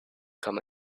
come